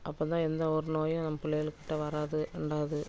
அப்போ தான் எந்த ஒரு நோயும் நம்ம பிள்ளைகளுக்கிட்ட வராது அண்டாது